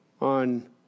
on